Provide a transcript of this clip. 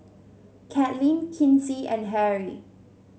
Katlyn Kinsey and Harry